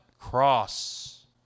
Cross